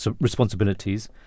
responsibilities